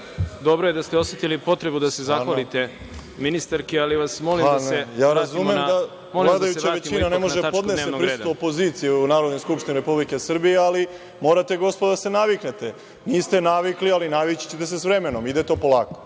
Dobro je da ste osetili potrebu da se zahvalite ministarki, ali vas molim da se vratite na tačku dnevnog reda. **Boško Obradović** Ja razumem da vladajuća većina ne može da podnese prisustvo opozicije u Narodnoj skupštini Republike Srbije, ali morate gospodo da se naviknete. Niste navikli, ali navići ćete se sa vremenom, ide to polako.